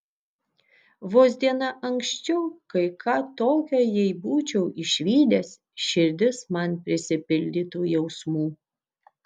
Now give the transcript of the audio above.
vos diena anksčiau kai ką tokio jei būčiau išvydęs širdis man prisipildytų jausmų